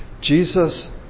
Jesus